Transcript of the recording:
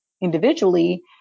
individually